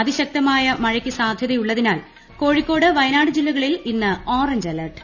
അതിശക്തമഴയ്ക്ക് സാധൃതയുള്ളതിനാൽ കോഴിക്കോട് വയനാട് ജില്ലകളിൽ ഇന്ന് ഓറഞ്ച് അലേർട്ട്